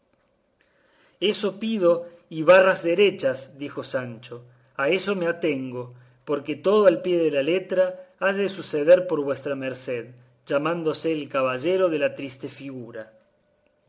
eso pido y barras derechas dijo sancho a eso me atengo porque todo al pie de la letra ha de suceder por vuestra merced llamándose el caballero de la triste figura